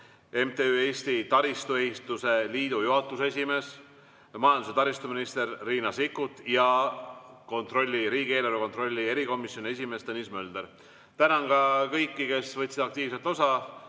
MTÜ Eesti Taristuehituse Liidu juhatuse esimeest, majandus‑ ja taristuminister Riina Sikkutit ja riigieelarve kontrolli erikomisjoni esimeest Tõnis Möldrit. Tänan ka kõiki, kes võtsid aktiivselt